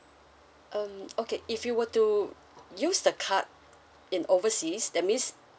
um okay if you were to use the card in overseas that means